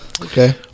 Okay